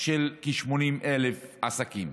של כ-80,000 עסקים.